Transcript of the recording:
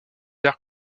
art